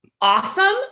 awesome